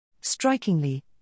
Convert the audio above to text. Strikingly